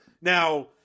Now